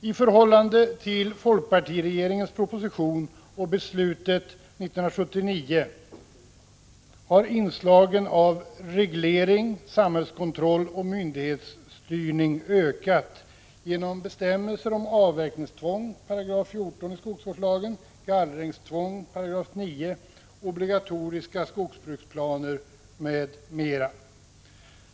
I förhållande till folkpartiregeringens proposition och beslutet 1979 har inslagen av reglering, samhällskontroll och myndighetsstyrning ökat genom bestämmelser i skogsvårdslagen om avverkningstvång, gallringstvång, obligatoriska skogsbruksplaner m.m.